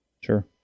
sure